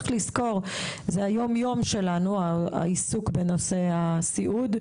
צריך לזכור: העיסוק בנושא הסיעוד הוא היום-יום שלנו.